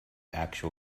actual